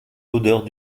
odeurs